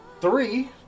three